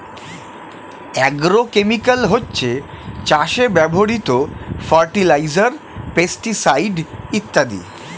agrochemical হচ্ছে চাষে ব্যবহৃত ফার্টিলাইজার, পেস্টিসাইড ইত্যাদি